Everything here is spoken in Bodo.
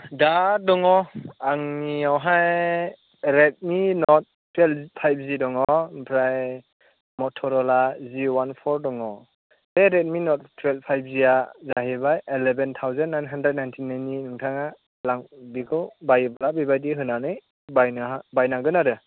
दा दङ आंनियावहाय रेडमि नट टुवेल्भ फाइभजि दङ ओमफ्राय मटर'ला जि वान फर दङ बे रेडमि नट टुएल्भ फाइभजि आ जाहैबाय eleven thousand nine hundred ninety nine नि नोंथाङा लां बेखौ बायोब्ला बेबायदि होनानै बायनांगोन आरो